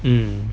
mm